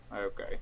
Okay